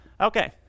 Okay